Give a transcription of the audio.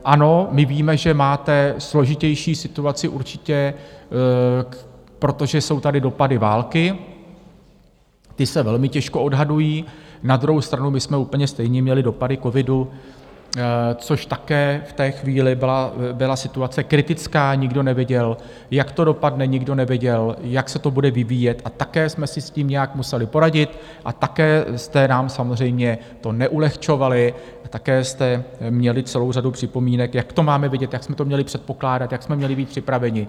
Ano, my víme, že máte složitější situaci určitě, protože jsou tady dopady války, ty se velmi těžko odhadují, na druhou stranu my jsme úplně stejně měli dopady covidu, což také v té chvíli byla situace kritická, nikdo nevěděl, jak to dopadne, nikdo nevěděl, jak se to bude vyvíjet, a také jsme si s tím nějak museli poradit a také jste nám to samozřejmě neulehčovali, také jste měli celou řadu připomínek, jak to máme vidět, jak jsme to měli předpokládat, jak jsme měli být připraveni.